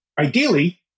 Ideally